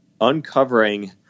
uncovering